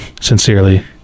sincerely